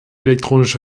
elektronische